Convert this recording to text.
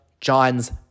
John's